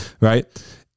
right